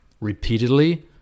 repeatedly